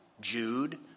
Jude